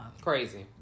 crazy